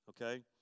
okay